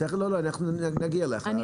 אנחנו נגיע אליך.